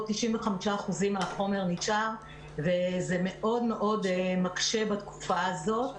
95% מהחומר נשאר וזה מאוד מאוד מקשה בתקופה הזאת.